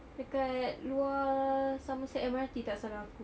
dekat luar somerset M_R_T tak salah aku